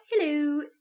Hello